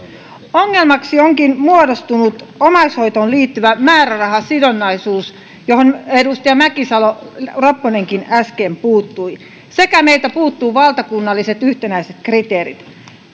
ongelmaksi onkin muodostunut omaishoitoon liittyvä määrärahasidonnaisuus johon edustaja mäkisalo ropponenkin äsken puuttui ja meiltä puuttuu valtakunnalliset yhtenäiset kriteerit